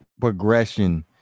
progression